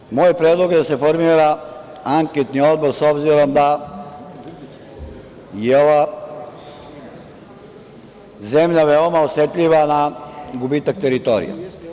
Dakle, moj predlog je da se formira anketni odbor s obzirom da je ova zemlja veoma osetljiva na gubitak teritorije.